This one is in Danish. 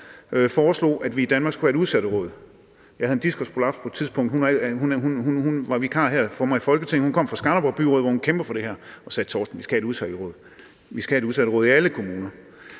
foreslog, at vi i Danmark skulle have et udsatteråd. Jeg havde en diskusprolaps på et tidspunkt, og hun var vikar for mig her i Folketinget, og hun kommer fra Skanderborg byråd, hvor hun kæmper for det her. Hun sagde: Torsten, vi skal have et udsatteråd – vi skal have et udsatteråd i alle kommuner.